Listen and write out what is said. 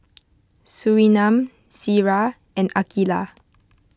Surinam Syirah and Aqilah